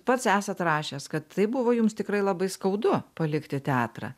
pats esat rašęs kad tai buvo jums tikrai labai skaudu palikti teatrą